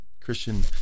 Christian